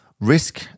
risk